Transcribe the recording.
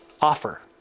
offer